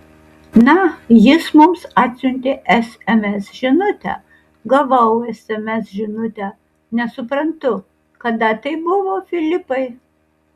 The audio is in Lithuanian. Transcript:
na jis mums atsiuntė sms žinutę gavau sms žinutę nesuprantu kada tai buvo filipai